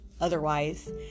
otherwise